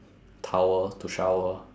towel to shower